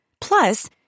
Plus